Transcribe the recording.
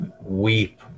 weep